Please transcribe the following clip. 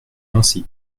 ainsi